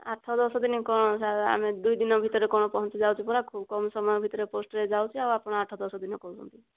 ଆଠ ଦଶ ଦିନ କଣ ସାର୍ ଆମେ ଦୁଇ ଦିନ ଭିତରେ କ'ଣ ପହଞ୍ଚି ଯାଉଚି ପରା କମ୍ ସମୟ ଭିତରେ ପୋଷ୍ଟରେ ଯାଉଚି ଆଉ ଆପଣ ଆଠ ଦଶଦିନ କହୁଚନ୍ତି